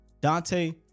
Dante